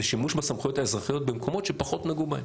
שימוש בסמכויות האזרחיות במקומות שפחות נגעו בהם.